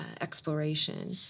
exploration